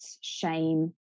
shame